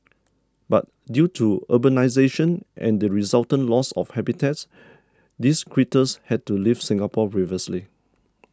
but due to urbanisation and the resultant loss of habitats these critters had to leave Singapore previously